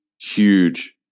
huge